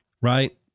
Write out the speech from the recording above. right